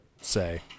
say